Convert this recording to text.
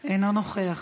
אינו נוכח,